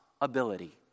ability